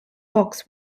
box